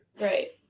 Right